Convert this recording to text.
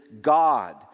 God